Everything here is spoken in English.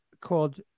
called